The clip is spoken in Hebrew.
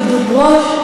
את גדוד ברוש,